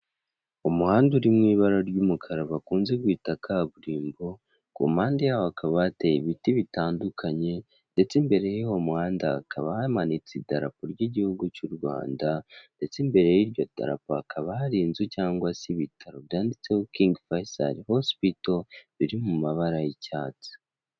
Umuhanda urimo mu ibara ry'umukara bakunze kwita kaburimbo, ku mpande yaho hakaba hateye ibiti bitandukanye ndetse imbere y'uwo muhanda hakaba hamanitse idarapo ry'igihugu cy'u Rwanda ndetse imbere y'iryo darapo hakaba hari inzu cyangwa se ibitaro byanditseho Kingi Fayisali hosipito biri mu mabara y'icyatsi.